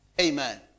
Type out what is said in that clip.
Amen